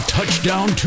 Touchdown